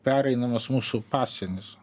pereinamas mūsų pasienis